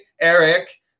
Eric